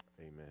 amen